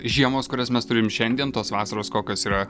žiemos kurias mes turim šiandien tos vasaros kokios yra